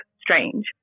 strange